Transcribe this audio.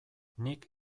nik